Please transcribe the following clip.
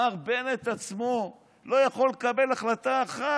מר בנט עצמו לא יכול לקבל החלטה אחת.